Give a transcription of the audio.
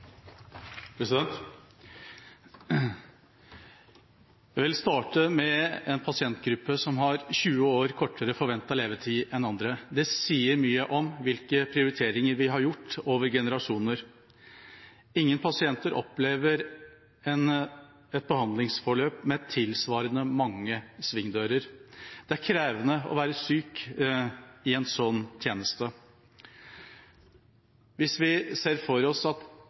Jeg vil starte med en pasientgruppe som har 20 år kortere forventet levetid enn andre. Det sier mye om hvilke prioriteringer vi har gjort over generasjoner. Ingen pasienter opplever et behandlingsforløp med tilsvarende mange svingdører. Det er krevende å være syk i en slik tjeneste. Hvis vi ser for oss at